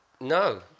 no